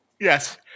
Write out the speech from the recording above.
Yes